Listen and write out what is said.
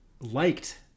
liked